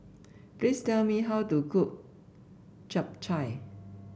please tell me how to cook Chap Chai